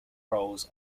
roles